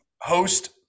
host